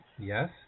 Yes